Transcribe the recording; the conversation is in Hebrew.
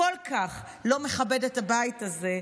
כל כך לא מכבד את הבית הזה,